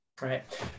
Right